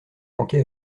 manqué